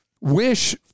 wish